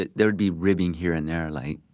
there'd be ribbing here and there, like,